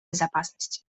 безопасности